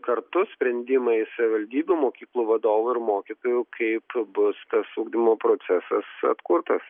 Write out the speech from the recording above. kartu sprendimai savivaldybių mokyklų vadovų ir mokytojų kaip bus tas ugdymo procesas atkurtas